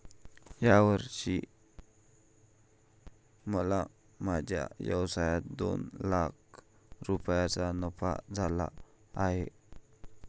या वर्षी मला माझ्या व्यवसायात दोन लाख रुपयांचा नफा झाला आहे